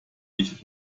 nicht